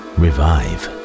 revive